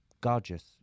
gorgeous